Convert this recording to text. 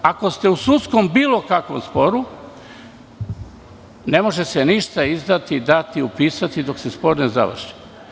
Ako ste u bilo kakvom sudskom sporu, ne može se ništa izdati, dati, upisati dok se spor ne završi.